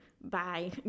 bye